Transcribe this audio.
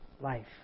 life